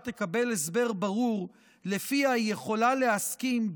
תקבל הסבר ברור שלפיו היא יכולה להסכים,